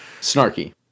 snarky